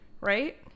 right